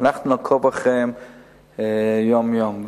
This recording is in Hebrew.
ואנחנו נעקוב אחריהם יום-יום.